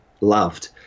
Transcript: loved